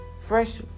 Fresh